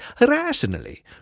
rationally